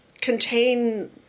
contain